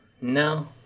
No